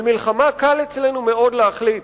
על מלחמה קל מאוד אצלנו להחליט.